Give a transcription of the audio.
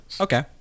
Okay